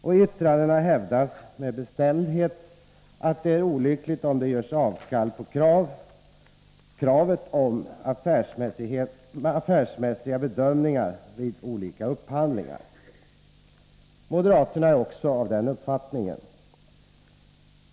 I yttrandena hävdas med bestämdhet att det är olyckligt om det görs avkall på kravet på affärsmässiga bedömningar vid olika upphandlingar. Moderaterna är också av den uppfattningen.